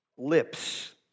lips